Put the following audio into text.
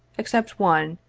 except one,